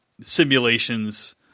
simulations